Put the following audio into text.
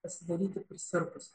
pasidaryti prisirpus